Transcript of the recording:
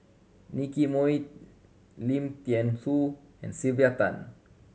Nicky Moey Lim Thean Soo and Sylvia Tan